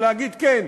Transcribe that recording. ולהגיד: כן,